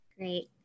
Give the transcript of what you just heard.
Great